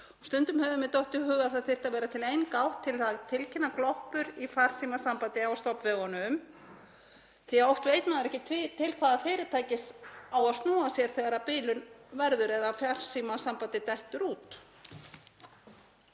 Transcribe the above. Stundum hefur mér dottið í hug að það þyrfti að vera til ein gátt til að tilkynna gloppur í farsímasambandi á stofnvegunum því að oft veit maður ekki til hvaða fyrirtækis á að snúa sér þegar bilun verður eða farsímasambandið dettur út.